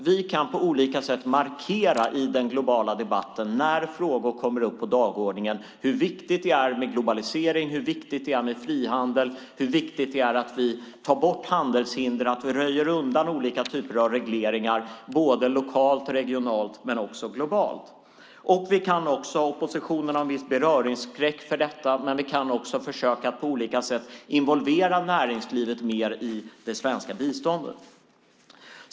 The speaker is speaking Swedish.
Vi kan på olika sätt markera i den globala debatten när frågor kommer upp på dagordningen hur viktigt det är med globalisering, hur viktigt det är med frihandel och hur viktigt det är att vi tar bort handelshinder och röjer bort olika typer av regleringar lokalt, regionalt och globalt. Vi kan också på olika sätt försöka involvera näringslivet mer i det svenska biståndet även om oppositionen har en viss beröringsskräck för detta.